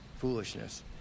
foolishness